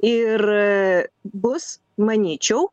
ir bus manyčiau